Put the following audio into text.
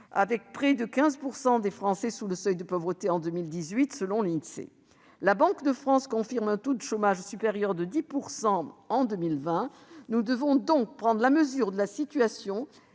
avec près de 15 % de nos concitoyens sous le seuil de pauvreté en 2018, selon l'Insee. La Banque de France confirme un taux de chômage supérieur à 10 % en 2020. Nous devons donc prendre la mesure de la situation